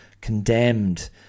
condemned